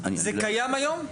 זה קיים היום?